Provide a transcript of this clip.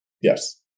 Yes